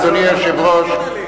אדוני היושב-ראש,